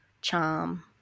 charm